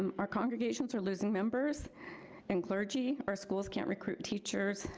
um our congregations are losing members and clergy. our schools can't recruit teachers.